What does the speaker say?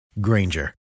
Granger